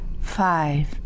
Five